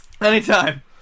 Anytime